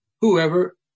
whoever